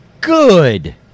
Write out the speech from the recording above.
Good